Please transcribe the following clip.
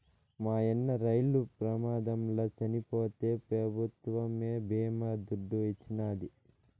మాయన్న రైలు ప్రమాదంల చచ్చిపోతే పెభుత్వమే బీమా దుడ్డు ఇచ్చినాది